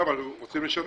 אבל רוצים לשנות.